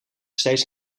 steeds